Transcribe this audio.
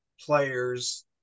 players